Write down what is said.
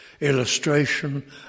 illustration